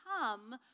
come